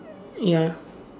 ya